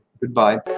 goodbye